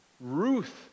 Ruth